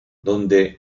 donde